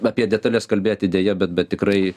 apie detales kalbėti deja bet bet tikrai